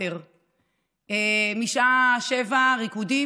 אנחנו עוברים,